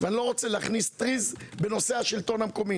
ואני לא רוצה לתקוע טריז בנושא השלטון המקומי.